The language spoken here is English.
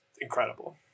incredible